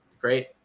great